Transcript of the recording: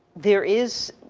there is,